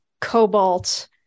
cobalt